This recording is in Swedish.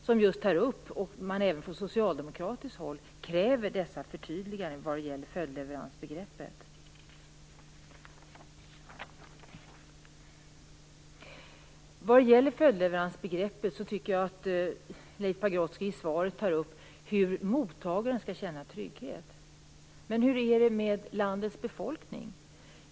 I den krävde man även från socialdemokratiskt håll förtydliganden av följdleveransbegreppet. När det gäller följdleveransbegreppet tar Leif Pagrotsky i svaret upp att mottagaren skall kunna känna trygghet. Men hur är det med landets befolkning?